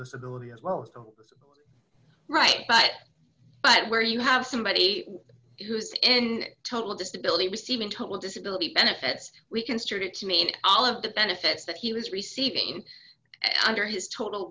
disability as well as go right but but where you have somebody who is in total disability receiving total disability benefits we construed it to mean all of the benefits that he was receiving under his total